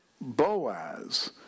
Boaz